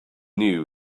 new